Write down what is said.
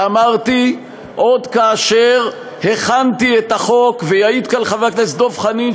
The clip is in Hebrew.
ואמרתי עוד כאשר הכנתי את החוק ויעיד כאן חבר הכנסת דב חנין,